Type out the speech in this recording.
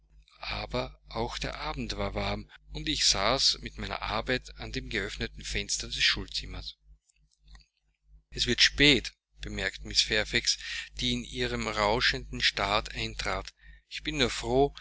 aber auch der abend war warm und ich saß mit meiner arbeit an dem geöffneten fenster des schulzimmers es wird spät bemerkte mrs fairfax die in ihrem rauschenden staat eintrat ich bin nur froh